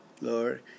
Lord